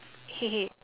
hey hey